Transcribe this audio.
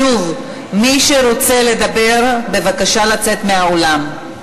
שוב, מי שרוצה לדבר, בבקשה לצאת מהאולם.